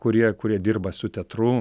kurie kurie dirba su teatru